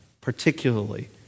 particularly